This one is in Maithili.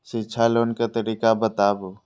शिक्षा लोन के तरीका बताबू?